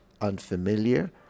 unfamiliar